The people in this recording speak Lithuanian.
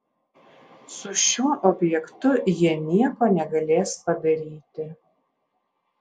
su šiuo objektu jie nieko negalės padaryti